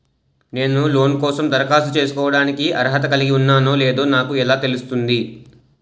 నేను లోన్ కోసం దరఖాస్తు చేసుకోవడానికి అర్హత కలిగి ఉన్నానో లేదో నాకు ఎలా తెలుస్తుంది?